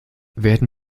werden